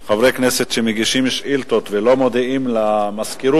גם אתה שחברי כנסת שמגישים שאילתות ולא מודיעים למזכירות